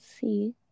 see